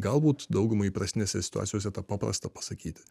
galbūt daugumai įprastinėse situacijose tą paprasta pasakyti